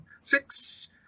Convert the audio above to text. six